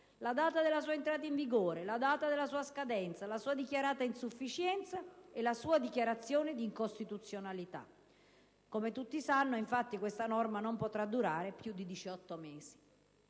la data della sua entrata in vigore, la data della sua scadenza, la sua dichiarata insufficienza e la dichiarazione della sua incostituzionalità. Come tutti sanno, infatti, questa norma non potrà durare più di 18 mesi.